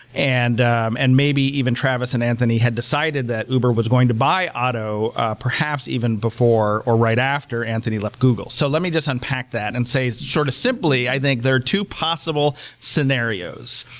and um and maybe, even travis and anthony had decided that uber was going to buy otto perhaps even before or right after anthony left google so let me just unpack that and say, sort of simply, i think there are two possible scenarios.